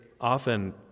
often